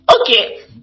Okay